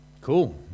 Cool